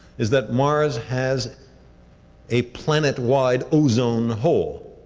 is that mars has a planet wide ozone hole,